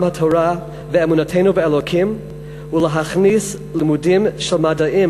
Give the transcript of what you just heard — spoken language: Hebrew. התורה ואמונתנו באלוקים ולהכניס לימודים של מדעים,